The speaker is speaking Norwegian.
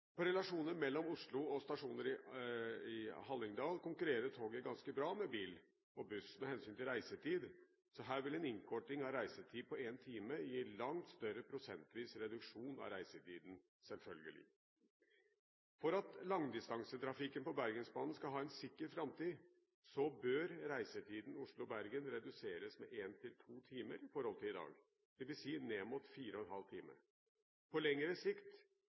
På relasjoner mellom Oslo og stasjoner i Hallingdal konkurrerer toget ganske bra med bil og buss med hensyn til reisetid, så her vil selvfølgelig en innkorting av reisetiden på én time gi langt større prosentvis reduksjon av reisetiden. For at langdistansetrafikken på Bergensbanen skal ha en sikker framtid, bør reisetiden Oslo–Bergen reduseres med 1–2 timer i forhold til i dag, dvs. til ned mot 4 ½ time – på lengre sikt